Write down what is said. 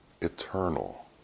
eternal